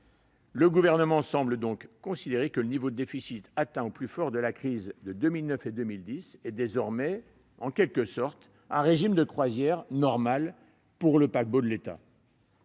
Le Gouvernement semble donc considérer que le niveau de déficit atteint au plus fort de la crise de 2009 et 2010 est désormais, en quelque sorte, un régime de croisière normal pour le paquebot de l'État.